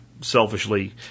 selfishly